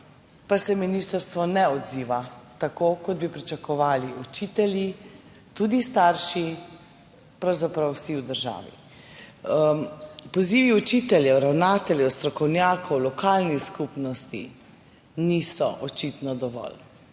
pa se ministrstvo ne odziva tako, kot bi pričakovali učitelji, tudi starši, pravzaprav vsi v državi, pozivi učiteljev, ravnateljev, strokovnjakov, lokalnih skupnosti očitno niso dovolj.